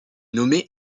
nommé